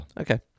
Okay